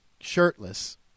shirtless